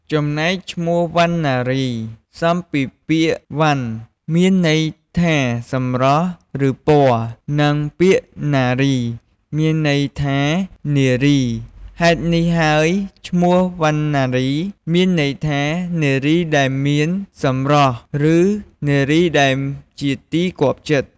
ចំណែកឈ្មោះ វណ្ណារី ផ្សំពីពាក្យ វណ្ណ មានន័យថាសម្រស់ ឬពណ៌ និង ពាក្យណារី មាន័យថានារី ហេតុនេះហើយឈ្មោះ វណ្ណារី មានន័យថា នារីដែលមានសម្រស់ ឬនារីដែលជាទីគាប់ចិត្ត។